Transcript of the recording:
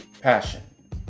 passion